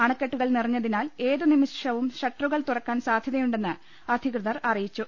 അണക്കെട്ടുകൾ നിറഞ്ഞതിനാൽ ഏതുനിമി ഷവും ഷട്ടറുകൾ തുറക്കാൻ സാധൃതയുണ്ടെന്ന് അധി കൃതർ അറിയിച്ചു